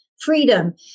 freedom